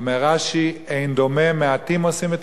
אומר רש"י: אין דומה מעטים עושים את